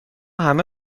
همه